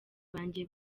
banjye